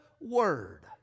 word